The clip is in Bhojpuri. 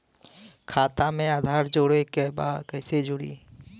खाता में आधार जोड़े के बा कैसे जुड़ी?